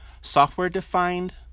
software-defined